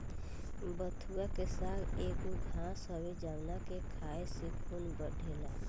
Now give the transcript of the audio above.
बथुआ के साग एगो घास हवे जावना के खाए से खून बढ़ेला